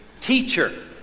teacher